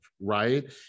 right